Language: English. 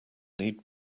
need